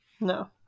No